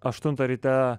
aštuntą ryte